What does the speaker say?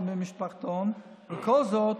אין מנדלבלופים, אין כלום,